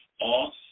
off